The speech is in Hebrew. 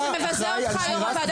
זה מבזה אותך, יו"ר הוועדה.